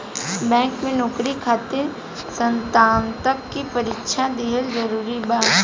Bank में नौकरी खातिर स्नातक के परीक्षा दिहल जरूरी बा?